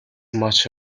much